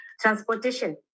transportation